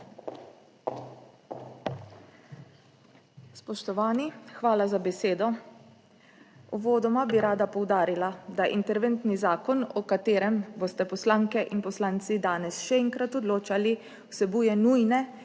Spoštovani, hvala za besedo. Uvodoma bi rada poudarila, da interventni zakon, o katerem boste poslanke in poslanci danes še enkrat odločali, vsebuje nujne